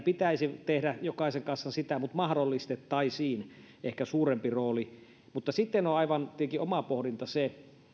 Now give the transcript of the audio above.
pitäisi tehdä sitä mutta mahdollistettaisiin ehkä suurempi rooli mutta sitten on tietenkin aivan oma pohdinta se